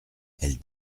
elle